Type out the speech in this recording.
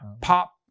pop